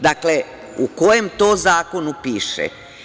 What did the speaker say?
Dakle, u kom to zakonu piše?